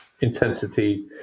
intensity